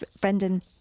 Brendan